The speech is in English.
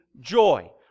joy